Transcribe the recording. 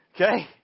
Okay